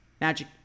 Magic